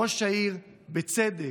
ראש העיר, בצדק,